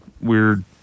weird